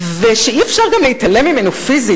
שאי-אפשר גם להתעלם ממנו פיזית.